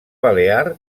balear